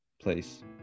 Place